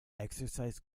exercise